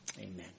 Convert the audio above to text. Amen